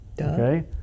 okay